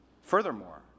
Furthermore